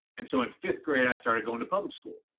and so in fifth grade, i started going to public school.